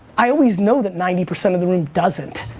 i always know that ninety percent of the room doesn't.